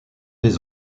des